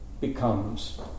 becomes